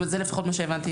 זה לפחות מה שהבנתי